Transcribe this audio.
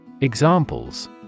Examples